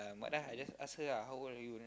what ah I just ask her how old are you then